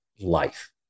life